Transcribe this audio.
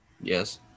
Yes